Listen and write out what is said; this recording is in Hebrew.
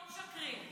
הסקרים לא משקרים.